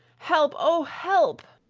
help! o, help!